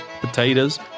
potatoes